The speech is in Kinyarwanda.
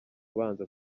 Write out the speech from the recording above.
ubanza